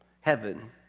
Heaven